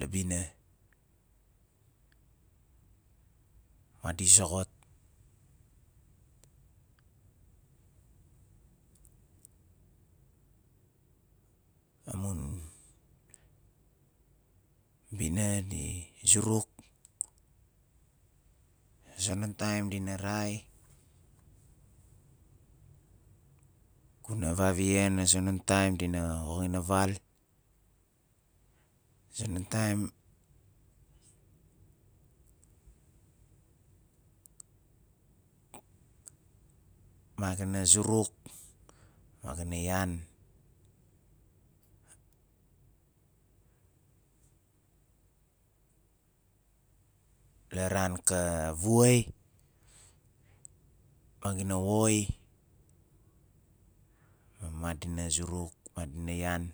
la bina madi zoxot amun bina di zuruk a zonon taim dina rai ku na vavian a zonon taim dina woxin a val a zonon taim ma ga na zuruk ma ga na yan la ran ka vuai ma ga na woi ma madina zuruk madina yaan